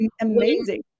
amazing